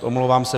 Omlouvám se.